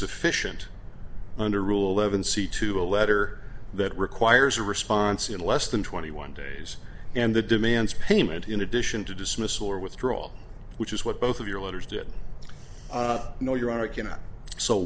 sufficient under rule levon see to a letter that requires a response in less than twenty one days and the demands payment in addition to dismiss or withdraw which is what both of your letters did know you